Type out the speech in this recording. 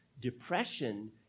Depression